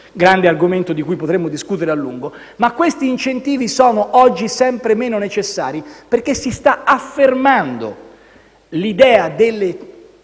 (grande argomento, di cui potremmo discutere a lungo) e sono oggi sempre meno necessari, perché si sta affermando l'idea delle